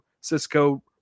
Cisco